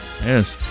Yes